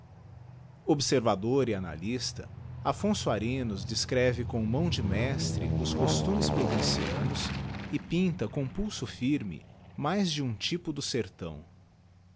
observador e analysta affonso arinos descreve com mâo de mestre os costumes provincianos e pinta com pulso firme mais de um typo do sertão